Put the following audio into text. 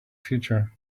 future